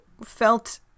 felt